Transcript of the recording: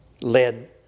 led